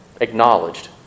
acknowledged